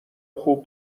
خوب